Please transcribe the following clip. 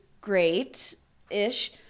great-ish